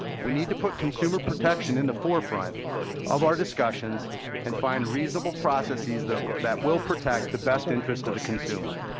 we need to put consumer protection in the forefront of our discussions and find reasonable processes that will that will protect the best interest of the consumer.